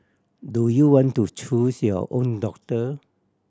do you want to choose your own doctor